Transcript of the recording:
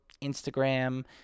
Instagram